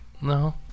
no